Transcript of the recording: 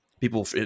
people